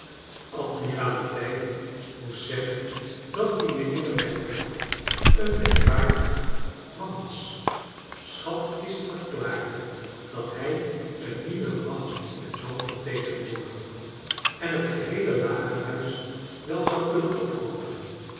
admiraliteit moest zeggen dat die mijnheer merdle een merkwaarcharles dickens dig man was schatkist verklaarde dat hij een nieuwe macht in het land vertegenwoordigde en het geheele lagerhuis wel zou kunnen opkoopen